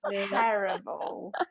Terrible